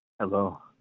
Hello